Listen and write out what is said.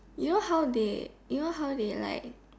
you know how they you know how they like